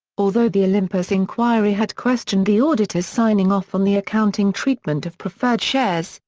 although the olympus inquiry had questioned the auditors' signing off on the accounting treatment of preferred shares,